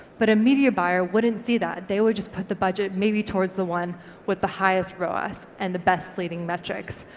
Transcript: but a media buyer wouldn't see that. they would just put the budget maybe towards the one with the highest roas and the best leading metrics,